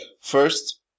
First